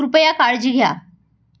कृपया काळजी घ्या